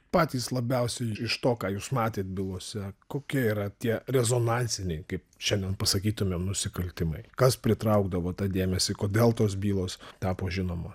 patys labiausiai iš to ką jūs matėt bylose kokie yra tie rezonansiniai kaip šiandien pasakytumėm nusikaltimai kas pritraukdavo tą dėmesį kodėl tos bylos tapo žinomo